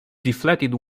deflated